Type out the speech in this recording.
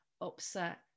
upset